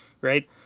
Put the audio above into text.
right